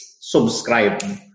subscribe